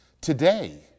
today